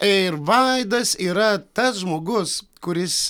ir vaidas yra tas žmogus kuris